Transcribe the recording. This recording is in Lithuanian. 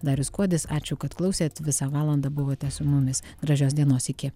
darius kuodis ačiū kad klausėt visą valandą buvote su mumis gražios dienos iki